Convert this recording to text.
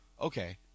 okay